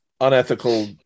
unethical